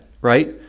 right